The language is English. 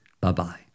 Bye-bye